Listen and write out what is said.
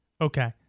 Okay